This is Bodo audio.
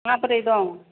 माबोरै दं